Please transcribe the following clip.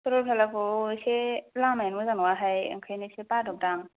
सरलपाराखौ एसे लामाया मोजां नङा हाय आंखायनो एसे बादबदां